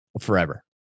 forever